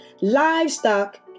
livestock